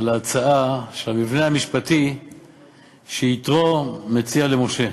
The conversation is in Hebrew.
אחר ההצעה של המבנה המשפטי שיתרו מציע למשה.